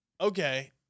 Okay